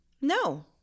No